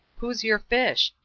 who's your fish?